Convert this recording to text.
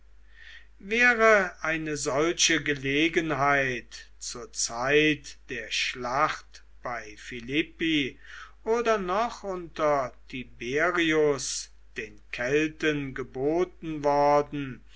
wäre eine solche gelegenheit zur zeit der schlacht bei philippi oder noch unter tiberius den kelten geboten worden